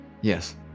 Yes